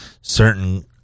certain